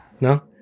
no